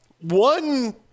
one